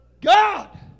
God